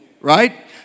Right